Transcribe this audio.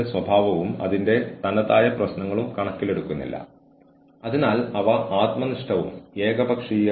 കൂടാതെ സംഘടനയ്ക്ക് പ്രശ്നങ്ങൾ കുറവായിരിക്കും എച്ച്ആർ ആസൂത്രണം